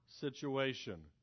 situation